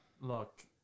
look